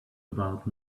about